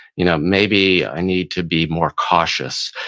you know maybe i need to be more cautious.